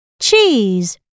cheese